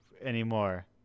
anymore